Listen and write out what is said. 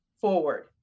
forward